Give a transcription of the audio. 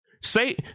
Say